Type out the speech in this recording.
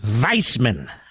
Weissman